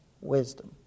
wisdom